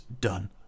done